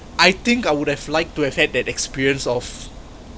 I think I would have liked to have had that experience of